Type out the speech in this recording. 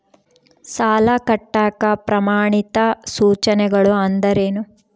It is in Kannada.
ಸಾಲ ಕಟ್ಟಾಕ ಪ್ರಮಾಣಿತ ಸೂಚನೆಗಳು ಅಂದರೇನು?